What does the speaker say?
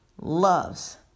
loves